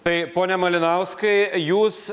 tai pone malinauskai jūs